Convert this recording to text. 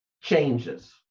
changes